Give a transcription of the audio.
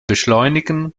beschleunigen